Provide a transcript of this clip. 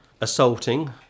assaulting